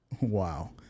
Wow